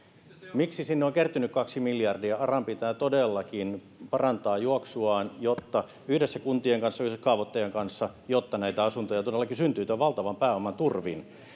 miksi sinne on on kertynyt kaksi miljardia aran pitää todellakin parantaa juoksuaan jotta yhdessä kuntien kanssa yhdessä kaavoittajan kanssa näitä asuntoja todellakin syntyy tämän valtavan pääoman turvin